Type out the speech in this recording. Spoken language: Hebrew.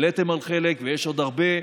העליתם חלק ויש עוד הרבה.